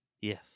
Yes